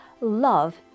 Love